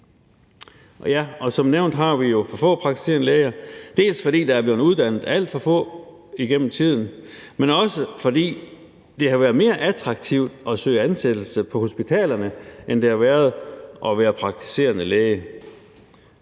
Som nævnt har vi jo for få praktiserende læger, dels fordi der er blevet uddannet alt for få gennem tiden, dels fordi det har været mere attraktivt at søge ansættelse på hospitalerne, end det har været at være praktiserende læge.